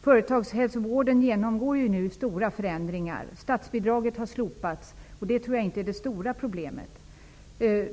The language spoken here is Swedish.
Företagshälsovården genomgår nu stora förändringar. Statsbidraget har slopats, men det är nog inte det stora problemet.